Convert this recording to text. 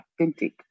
authentic